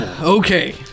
Okay